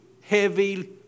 heavy